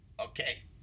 Okay